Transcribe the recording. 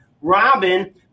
Robin